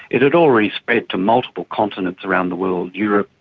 it had already spread to multiple continents around the world europe,